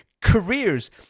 careers